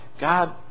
God